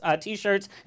T-shirts